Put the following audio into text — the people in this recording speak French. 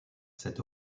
c’est